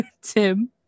Tim